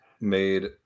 made